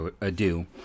ado